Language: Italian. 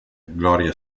gloria